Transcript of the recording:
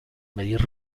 medir